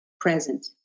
present